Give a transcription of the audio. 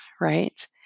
right